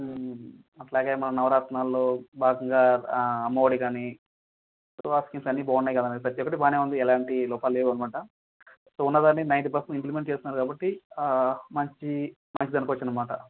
అట్లాగే మన నవరత్నాల్లో భాగంగా అమ్మఒడి కానీ తర్వాత స్కీమ్స్ అన్నీ బాగున్నాయి కదండి ప్రతి ఒక్కటి బాగానే ఉంది ఎటువంటి లోపాలు లేవు అనమాట సో ఉన్న దాన్ని నైంటీ పర్సెంట్ ఇంప్లిమెంట్ చేస్తున్నారు కాబట్టి మంచి మంచిది అనుకోవచ్చు అనమాట